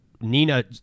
NINA